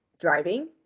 driving